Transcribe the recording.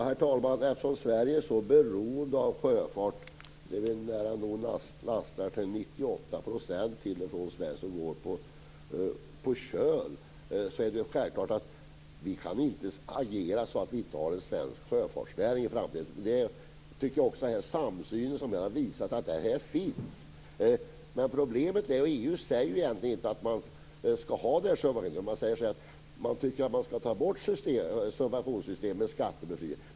Herr talman! Eftersom Sverige är så beroende av sjöfart - nära nog 98 % av det som går till och från Sverige går på köl - är det självklart att vi inte kan agera så att vi inte har en svensk sjöfartsnäring i framtiden. Det tycker jag också att denna samsyn har visat. Problemet är ju att EU inte säger att man skall ha dessa regler. Man tycker att subventionssystemet med skattebefrielse skall tas bort.